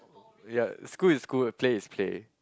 ya school is school play is play